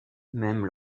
même